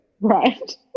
right